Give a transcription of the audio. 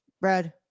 Brad